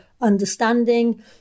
understanding